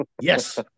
Yes